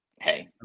hey